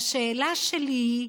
והשאלה שלי היא